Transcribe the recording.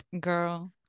girl